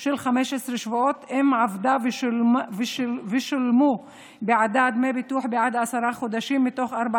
של 15 שבועות אם עבדה ושולמו בעדה דמי ביטוח בעד 10 חודשים מתוך 14